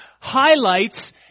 highlights